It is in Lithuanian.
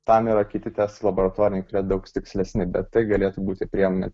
tam yra kiti testai laboratoriniai daug tikslesni bet tai galėtų būti priemonė